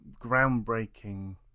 groundbreaking